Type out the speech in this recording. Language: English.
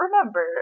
remember